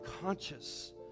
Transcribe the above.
conscious